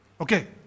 Okay